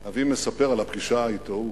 אבי מספר על הפגישה אתו,